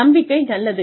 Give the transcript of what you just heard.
நம்பிக்கை நல்லது